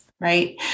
Right